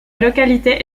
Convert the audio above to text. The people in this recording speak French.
localité